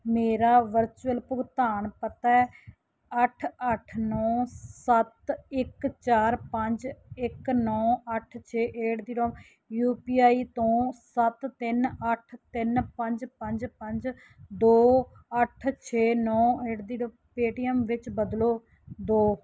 ਮੇਰਾ ਵਰਚੁਅਲ ਭੁਗਤਾਨ ਪਤਾ ਅੱਠ ਅੱਠ ਨੌ ਸੱਤ ਇੱਕ ਚਾਰ ਪੰਜ ਇੱਕ ਨੌ ਅੱਠ ਛੇ at the rate U P I ਤੋਂ ਸੱਤ ਤਿੰਨ ਅੱਠ ਤਿੰਨ ਪੰਜ ਪੰਜ ਪੰਜ ਦੋ ਅੱਠ ਛੇ ਨੌ ਏਟ ਦੀ ਰੇਅ ਪੇਟੀਐਮ ਵਿੱਚ ਬਦਲੋ ਦਿਉ